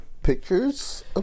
pictures